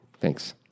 thanks